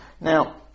Now